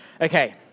Okay